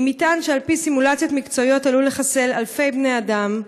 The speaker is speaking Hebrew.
עם מטען שעל פי סימולציות מקצועיות עלול לחסל אלפי בני אדם,